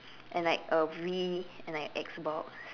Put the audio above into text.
and like a Wii and like X box